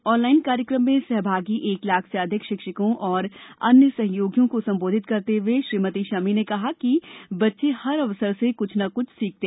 online कार्यक्रम मे सहभागी एक लाख से अधिक शिक्षकों और अन्य सहयोगियों को संबोधित करते हुए श्रीमती शमी ने कहा कि बच्चे हर अवसर से कुछ न कुछ सीखते हैं